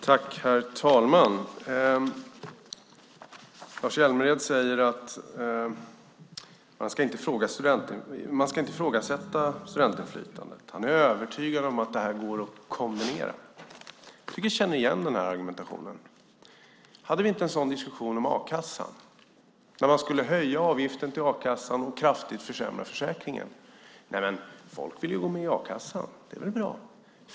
Herr talman! Lars Hjälmered säger att man inte ska ifrågasätta studentinflytandet. Han är övertygad om att det går att kombinera. Jag tycker mig känna igen argumentationen. Hade vi inte en sådan diskussion om a-kassan? Avgiften till a-kassan skulle höjas och försäkringen skulle kraftigt försämras. Folk vill ju gå med i a-kassan. Det är väl bra?